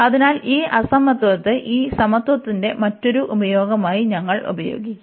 അതിനാൽ ഈ അസമത്വത്തെ ഈ സമത്വത്തിന്റെ മറ്റൊരു ഉപയോഗമായി ഞങ്ങൾ ഉപയോഗിക്കും